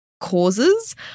causes